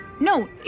No